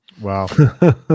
Wow